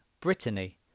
Brittany